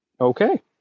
Okay